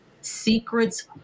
secrets